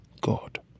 God